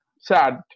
sad